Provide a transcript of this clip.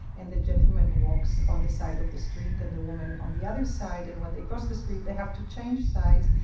and the gentleman walks on the side of the street and the woman on the other side, and when they cross the street they have to change sides,